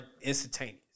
instantaneous